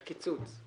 על הקיצוץ.